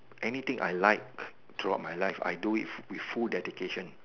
anything I like throughout my life I do it with full dedication